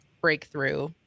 breakthrough